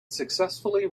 successfully